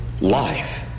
life